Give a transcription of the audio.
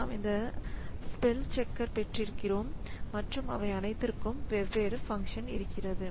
நாம் இந்த spell checker பெற்றிருக்கிறோம் மற்றும் அவை அனைத்திற்கும் வெவ்வேறு பங்க்ஷன் இருக்கிறது